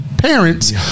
parents